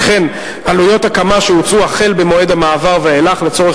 וכן עלויות הקמה שהוצאו החל במועד המעבר ואילך לצורך